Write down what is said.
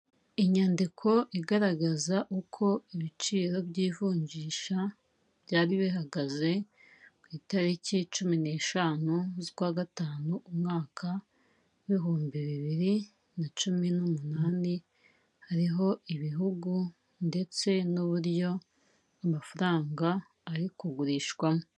Inyandiko igaragaza uko ibiciro by'ivunjisha byari bihagaze ku itariki cumi neshanu z'ukwa gatanu umwaka w'ibihumbi bibiri na cumi n'umunani, hariho ibihugu ndetse n'uburyo amafaranga ari kugurishwamo.